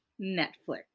Netflix